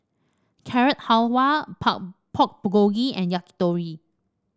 Carrot Halwa Pork Bulgogi and Yakitori